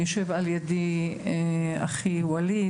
יושב על ידי אחי ואליד,